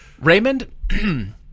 Raymond